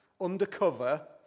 undercover